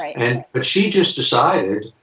and but she just decided,